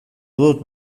dut